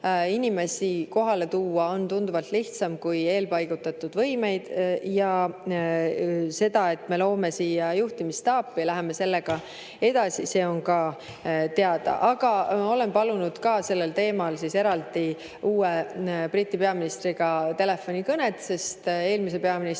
Inimesi kohale tuua on tunduvalt lihtsam kui eelpaigutatud võimeid. Ja see, et me loome siia juhtimisstaabi ja läheme sellega edasi, on ka teada. Aga olen palunud ka sellel teemal eraldi uue Briti peaministriga telefonikõnet, sest eelmise peaministriga